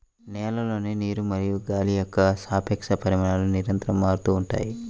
నేలలోని నీరు మరియు గాలి యొక్క సాపేక్ష పరిమాణాలు నిరంతరం మారుతూ ఉంటాయి